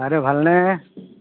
বাইদেউ ভালনে